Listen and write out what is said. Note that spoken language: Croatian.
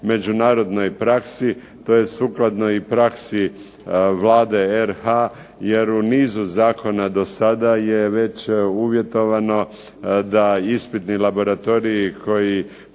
međunarodnoj praksi, to je sukladno i praksi Vlade RH. Jer u nizu zakona do sada je već uvjetovano da ispitni laboratoriji koji